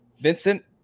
vincent